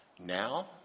Now